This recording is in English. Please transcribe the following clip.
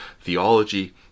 theology